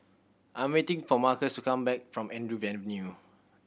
I'm waiting for Marcus to come back from Andrew Avenue